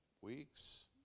weeks